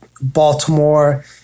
Baltimore